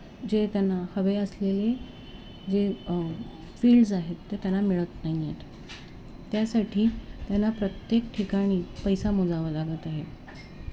जे त्यांना हवे असलेले जे फील्डस आहेत ते त्यांना मिळत नाही आहेत त्यासाठी त्यांना प्रत्येक ठिकाणी पैसा मोजावा लागत आहे